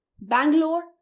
Bangalore